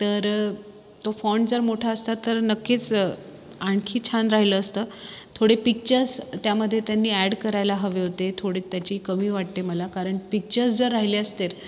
तर तो फॉन्ट जर मोठा असता तर नक्कीच आणखी छान राहिलं असतं थोडे पिक्चर्स त्यामध्ये त्यांनी ॲड करायला हवे होते थोडे त्याची कमी वाटते मला कारण पिक्चर्स जर राहिले असते